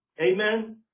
Amen